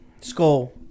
Skull